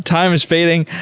time is fading.